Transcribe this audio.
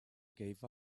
gave